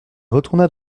retourna